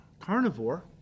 Carnivore